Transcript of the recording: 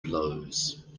blows